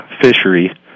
fishery